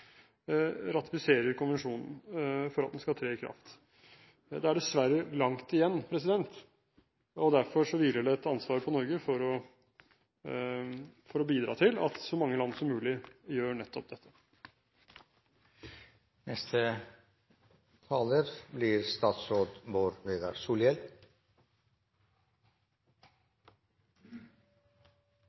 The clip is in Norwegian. ratifiserer konvensjonen for at den skal tre i kraft. Det er dessverre langt igjen, og derfor hviler det et ansvar på Norge for å bidra til at så mange land som mulig gjør nettopp